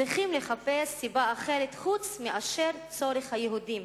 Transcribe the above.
צריכים לחפש סיבה אחרת חוץ מאשר צורך היהודים,